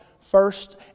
first